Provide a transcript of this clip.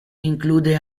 include